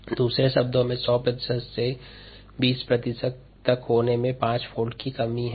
xv0xv5 दूसरे शब्दों में 100 प्रतिशत् से 20 प्रतिशत् तक होने में 5 गुना की कमी हैं